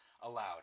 allowed